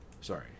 Sorry